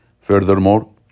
Furthermore